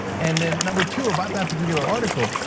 and then, number two, about that particular article,